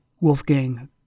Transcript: Wolfgang